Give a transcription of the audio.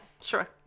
sure